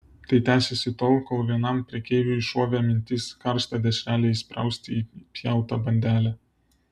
tai tęsėsi tol kol vienam prekeiviui šovė mintis karštą dešrelę įsprausti į įpjautą bandelę